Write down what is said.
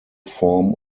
form